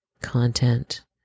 content